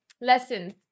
lessons